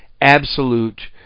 absolute